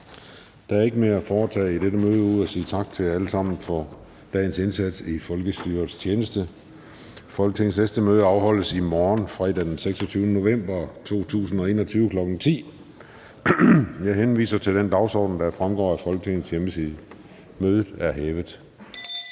Der er ikke mere at foretage i dette møde ud over at sige tak til jer alle sammen for dagens indsats i folkestyrets tjeneste. Folketingets næste møde afholdes i morgen, fredag den 26. november 2021, kl. 10.00. Jeg henviser til den dagsorden, der fremgår af Folketingets hjemmeside. Mødet er hævet.